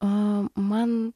o man